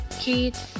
kids